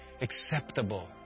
acceptable